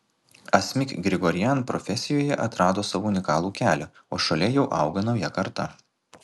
asmik grigorian profesijoje atrado savo unikalų kelią o šalia jau auga nauja karta